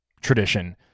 tradition